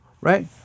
right